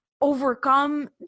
overcome